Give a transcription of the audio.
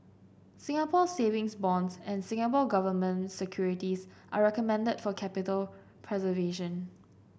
Singapore Savings Bonds and Singapore Government Securities are recommended for capital preservation